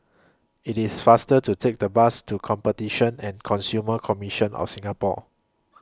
It's faster to Take The Bus to Competition and Consumer Commission of Singapore